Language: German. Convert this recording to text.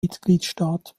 mitgliedstaat